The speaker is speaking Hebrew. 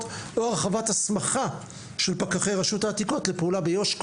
או הרחבת הסמכה של פקחי רשות העתיקות לפעולה ביו"ש,